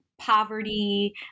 poverty